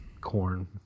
corn